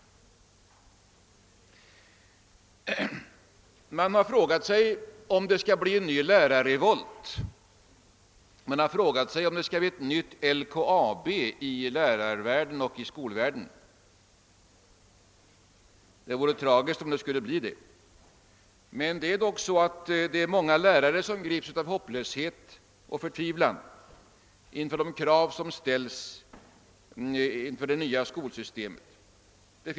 Man har frågat sig om det skall bli en lärarrevolt, om det skall bli ett nytt LKAB i lärarvärlden. Det vore tragiskt om det skulle bli så. Många lärare grips dock av hopplöshet och förtvivlan inför de krav som ställs i det nya skolsystemet.